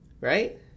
right